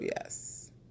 yes